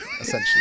essentially